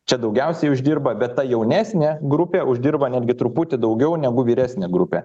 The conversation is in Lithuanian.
čia daugiausiai uždirba bet ta jaunesnė grupė uždirba netgi truputį daugiau negu vyresnė grupė